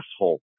asshole